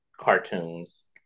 cartoons